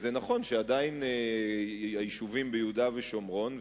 זה נכון שעדיין היישובים ביהודה ושומרון,